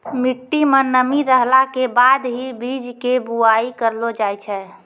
मिट्टी मं नमी रहला के बाद हीं बीज के बुआई करलो जाय छै